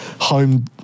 home